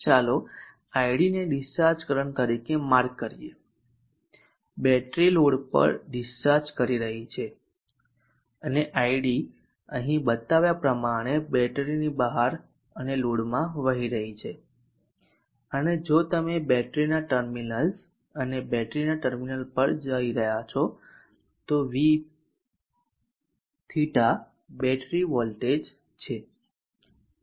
ચાલો id ને discharge current તરીકે માર્ક કરીએ બેટરી લોડ પર ડિસ્ચાર્જ કરી રહી છે અને id અહીં બતાવ્યા પ્રમાણે બેટરીની બહાર અને લોડમાં વહી રહી છે અને જો તમે બેટરીના ટર્મિનલ્સ અને બેટરીના ટર્મિનલ પર લઈ જાઓ તો vb બેટરી વોલ્ટેજ છે